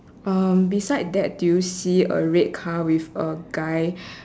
um beside that do you see a red car with a guy